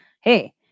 hey